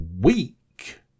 week